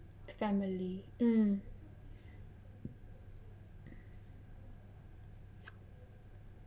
family mm